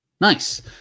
Nice